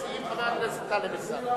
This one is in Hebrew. בבקשה.